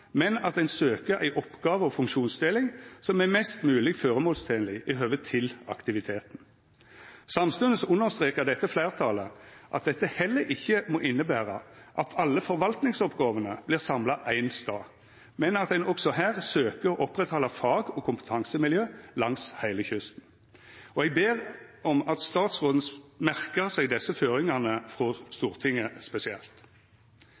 men at ein søkjer ei oppgåve- og funksjonsdeling som er mest mogleg føremålstenleg i høve til aktiviteten. Samstundes understrekar dette fleirtalet at dette heller ikkje må innebera at alle forvaltingsoppgåvene vert samla ein stad, men at ein også her søkjer å oppretthalde fag- og kompetansemiljø langs heile kysten. Eg ber om at statsråden spesielt merkar seg dessa føringane frå